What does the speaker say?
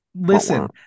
Listen